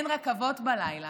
אין רכבות בלילה.